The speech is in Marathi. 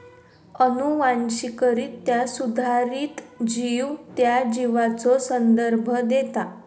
अनुवांशिकरित्या सुधारित जीव त्या जीवाचो संदर्भ देता